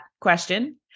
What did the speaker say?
question